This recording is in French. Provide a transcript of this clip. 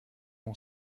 mon